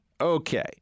Okay